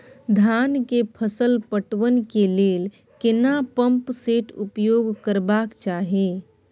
धान के फसल पटवन के लेल केना पंप सेट उपयोग करबाक चाही?